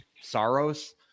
Saros